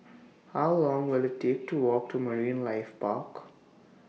How Long Will IT Take to Walk to Marine Life Park